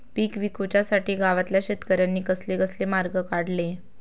पीक विकुच्यासाठी गावातल्या शेतकऱ्यांनी कसले कसले मार्ग काढले?